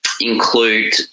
include